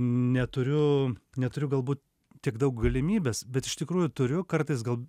neturiu neturiu galbūt tik daug galimybes bet iš tikrųjų turiu kartais gal